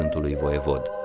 and holy voivode.